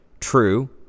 True